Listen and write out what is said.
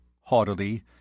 haughtily